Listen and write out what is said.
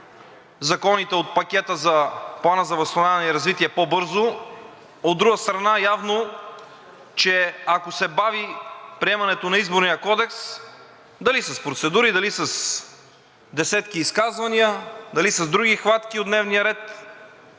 законите от пакета за Плана за възстановяване и устойчивост по-бързо, от друга страна, явно, че ако се бави приемането на Изборния кодекс – дали с процедури, дали с десетки изказвания, дали с други хватки от дневния ред,